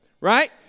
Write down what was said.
right